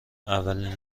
اولین